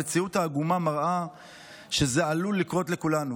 המציאות העגומה מראה שזה עלול לקרות לכולנו.